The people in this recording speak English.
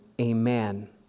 amen